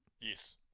Yes